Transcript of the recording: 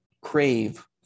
crave